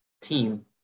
team